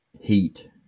heat